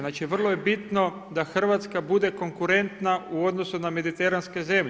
Znači vrlo je bitno da Hrvatska bude konkurentna u odnosu na mediteranske zemlje.